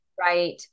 right